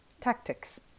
tactics